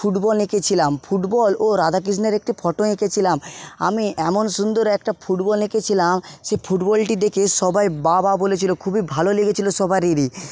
football এঁকেছিলাম football ও রাধাকৃষ্ণের একটি ফটো এঁকেছিলাম আমি এমন সুন্দর একটা ফুটবল এঁকেছিলাম সেই ফুটবলটি দেখে সবাই বা বা বলেছিলো খুবই ভালো লেগেছিলো সবারেরই